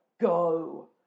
go